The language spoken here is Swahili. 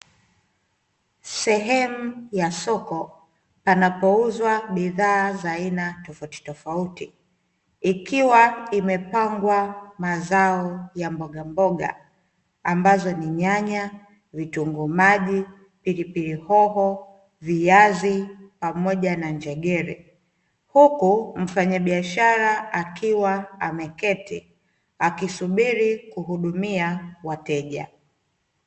Sehemu ya soko panapouzwa bidhaa za aina tofautitofautin ikiwa imepangwa mazao ya mbogamboga ambazo ni: nyanya, vitunguu maji, pilipili hoho, viazi pamoja na njegere. Huku mfanyabiashara akiwa ameketi akisubiri kuhudumia wateja.